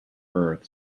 earth